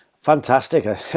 Fantastic